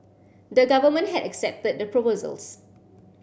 the government had accepted the proposals